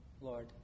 Lord